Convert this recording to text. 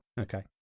Okay